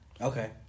Okay